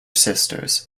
sisters